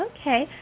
Okay